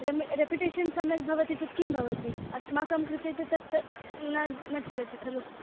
RAM repetition सम्यक् भवति चेत् किं भवति अस्माकं कृते तु तत् न न चलति खलु